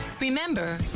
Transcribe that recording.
Remember